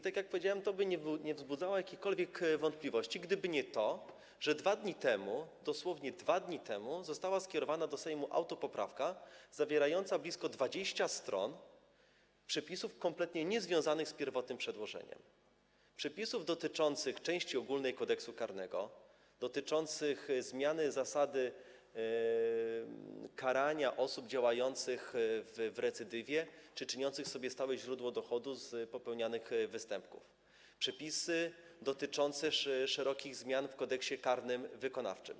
Tak jak powiedziałem, to nie wzbudzałoby żadnych wątpliwości, gdyby nie fakt, że dosłownie 2 dni temu do Sejmu skierowana została autopoprawka zawierająca blisko 20 stron przepisów kompletnie niezwiązanych z pierwotnym przedłożeniem, przepisów dotyczących części ogólnej Kodeksu karnego, zmiany zasady karania osób działających w recydywie czy czyniących sobie stałe źródło dochodu z popełnianych występków, przepisów dotyczących szerokich zmian w Kodeksie karnym wykonawczym.